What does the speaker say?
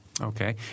Okay